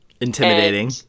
Intimidating